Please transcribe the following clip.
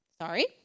Sorry